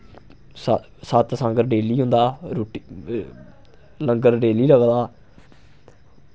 सा सत्संग डेली होंदा रुट्टी लंगर डेली लगदा